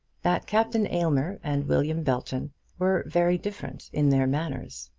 that captain aylmer and william belton were very different in their manners.